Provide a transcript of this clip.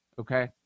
Okay